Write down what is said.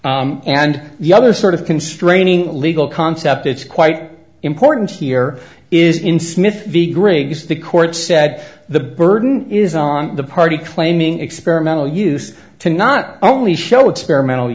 and the other sort of constraining legal concept it's quite important here is in smith v griggs the court said the burden is on the party claiming experimental use to not only show experimental